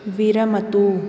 विरमतु